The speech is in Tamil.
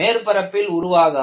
மேற்பரப்பில் உருவாகாது